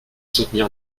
soutenir